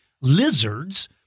lizards